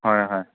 হয় হয়